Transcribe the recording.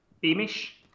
Beamish